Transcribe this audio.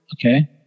okay